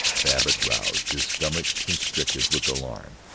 babbitt roused, his stomach constricted with alarm.